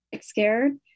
scared